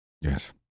Yes